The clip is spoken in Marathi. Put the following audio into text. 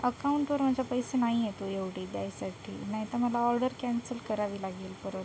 अकाऊंटवर माझ्या पैसे नाही आहेत ओ एवढे द्यायसाठी नाही तर मला ऑर्डर कॅन्सल करावी लागेल परत